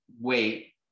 wait